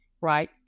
right